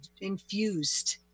infused